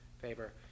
favor